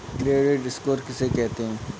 Credit score किसे कहते हैं?